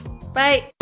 Bye